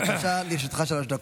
בבקשה, לרשותך שלוש דקות.